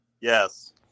Yes